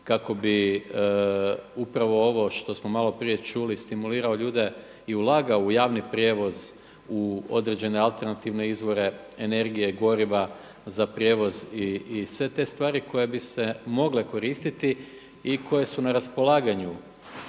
kako bi upravo ovo što smo malo prije čuli stimulirao ljude i ulagao u javni prijevoz u određene alternativne izvore energije, goriva za prijevoz i sve te stvari koje bi se mogle koristiti i koje su na raspolaganju